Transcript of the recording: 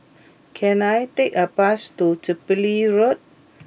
can I take a bus to Jubilee Road